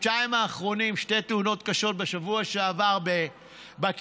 בחודשיים האחרונים שתי תאונות קשות: בשבוע שעבר בכינרת,